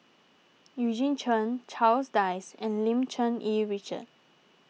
Eugene Chen Charles Dyce and Lim Cherng Yih Richard